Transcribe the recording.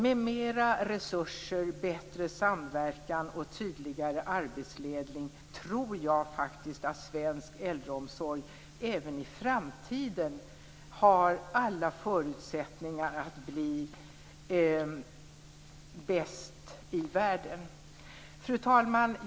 Med mer resurser, en bättre samverkan och en tydligare arbetsledning tror jag faktiskt att svensk äldreomsorg även i framtiden har alla förutsättningar att bli bäst i världen. Fru talman!